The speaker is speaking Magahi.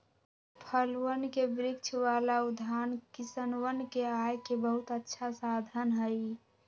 फलवन के वृक्ष वाला उद्यान किसनवन के आय के बहुत अच्छा साधन हई